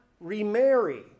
remarry